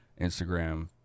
Instagram